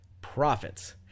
profits